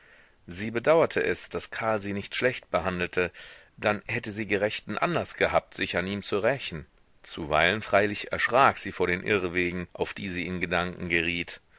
sie bedauerte es daß karl sie nicht schlecht behandelte dann hätte sie gerechten anlaß gehabt sich an ihm zu rächen zuweilen freilich erschrak sie vor den irrwegen auf die sie in gedanken geriet